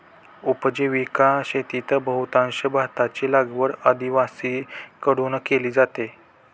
उपजीविका शेतीत बहुतांश भाताची लागवड आदिवासींकडून केली जाते